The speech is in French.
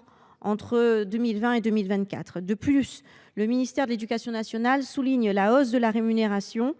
% entre 2020 et 2024. De plus, le ministère de l’éducation nationale souligne la hausse de la rémunération